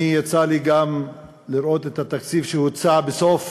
יצא לי גם לראות את התקציב שהוצע בסוף